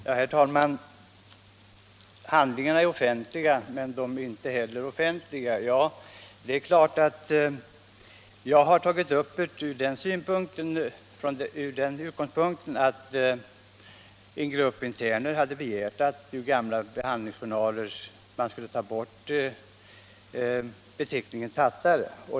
Herr talman! Journalerna är allmänna handlingar men de är inte offentliga, säger justitieministern. Jag har tagit upp den här frågan från den utgångspunkten att en grupp interner hade begärt att man ur gamla behandlingsjournaler skulle ta bort beteckningen tattare.